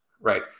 right